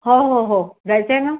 हो हो हो जायचंय ना